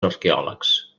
arqueòlegs